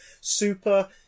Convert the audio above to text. Super